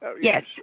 Yes